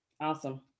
Awesome